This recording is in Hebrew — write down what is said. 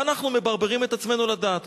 ואנחנו מברברים את עצמנו לדעת.